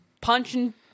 punching